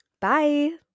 Bye